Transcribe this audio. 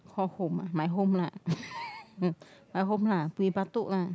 call home ah my home lah my home lah Bukit-Batok lah